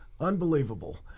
Unbelievable